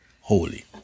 holy